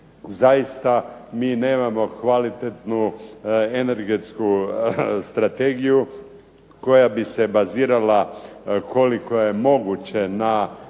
zaista mi nemamo kvalitetnu energetsku strategiju koja bi se bazirala koliko je moguće na